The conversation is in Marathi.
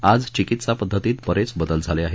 आज चिकित्सा पद्धतीत बरेच बदल झाले आहेत